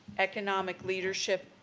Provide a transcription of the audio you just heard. economic leadership,